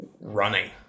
running